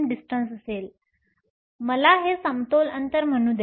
मला हे समतोल अंतर म्हणू द्या